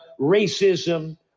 racism